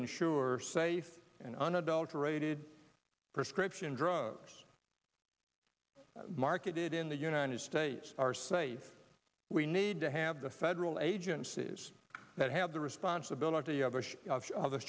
ensure safe and unadulterated prescription drugs marketed in the united states are safe we need to have the federal agencies that have the responsibility of